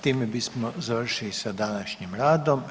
Time bismo završili s današnjim radom.